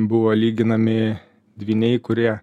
buvo lyginami dvyniai kurie